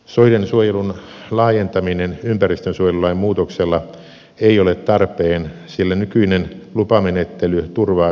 soiden suojelun laajentaminen ympäristönsuojelulain muutoksella ei ole tarpeen sillä nykyinen lupamenettely turvaa soiden luonnonarvot